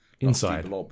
Inside